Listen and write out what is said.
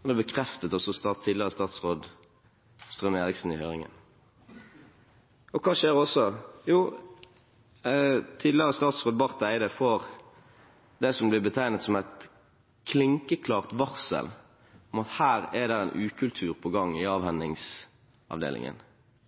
Det ble bekreftet av tidligere statsråd Strøm-Erichsen i høringen. Hva skjer også? Jo, tidligere statsråd Barth Eide får det som blir betegnet som et klinkende klart varsel om at det er en ukultur på gang i